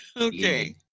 Okay